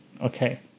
Okay